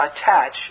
attach